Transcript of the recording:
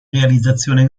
realizzazione